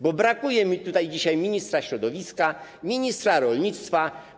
Brakuje mi tutaj dzisiaj ministra środowiska, ministra rolnictwa.